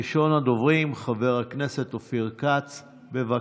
ראשון הדוברים, חבר הכנסת אופיר כץ, בבקשה.